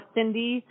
Cindy